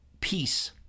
peace